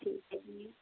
ਠੀਕ ਆ ਜੀ